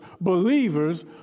believers